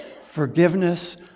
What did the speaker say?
forgiveness